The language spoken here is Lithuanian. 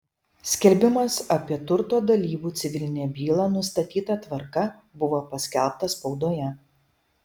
skelbimas apie turto dalybų civilinę bylą nustatyta tvarka buvo paskelbtas spaudoje